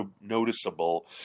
noticeable